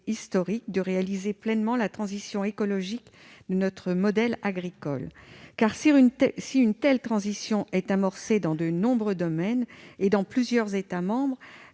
de réaliser pleinement la transition écologique de notre modèle agricole. En effet, si une telle transition est amorcée dans de nombreux domaines et dans plusieurs États membres,